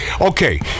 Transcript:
Okay